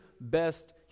best